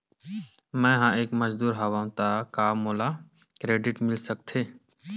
मैं ह एक मजदूर हंव त का मोला क्रेडिट मिल सकथे?